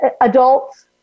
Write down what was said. adults